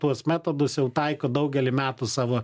tuos metodus jau taiko daugelį metų savo